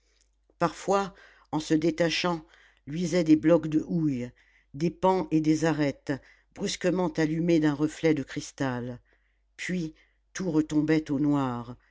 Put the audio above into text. parfois en se détachant luisaient des blocs de houille des pans et des arêtes brusquement allumés d'un reflet de cristal puis tout retombait au noir